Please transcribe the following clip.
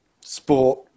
sport